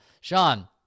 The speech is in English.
Sean